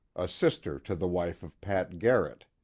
a sister to the wife of pat garrett.